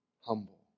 humble